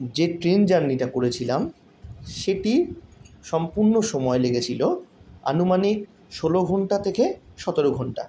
যে ট্রেন জার্নিটা করেছিলাম সেটির সম্পূর্ণ সময় লেগেছিল আনুমানিক ষোল ঘণ্টা থেকে সতের ঘণ্টা